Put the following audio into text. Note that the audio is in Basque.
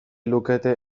lukete